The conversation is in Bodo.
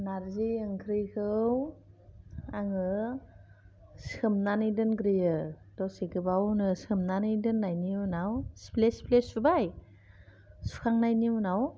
नारजि ओंख्रिखौ आङो सोमनानै दोनग्रोयो दसे गोबावनो सोमनानै दोननायनि उनाव सिफ्ले सिफ्ले सुबाय सुखांनायनि उनाव